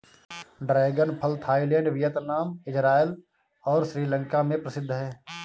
dragon फल Thailand, Vietnam, Israel और श्रीलंका में प्रसिद्ध है